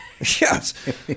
Yes